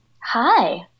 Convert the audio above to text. Hi